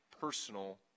personal